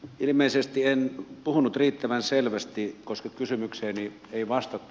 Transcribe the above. ilmeisesti en puhunut riittävän selvästi koska kysymykseeni ei vastattu